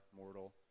mortal